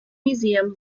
museum